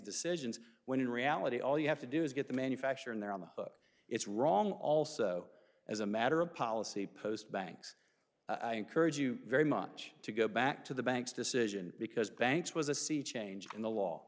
decisions when in reality all you have to do is get the manufacturer in there on the hook it's wrong also as a matter of policy post banks i encourage you very much to go back to the banks decision because banks was a sea change in the law